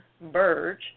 Burge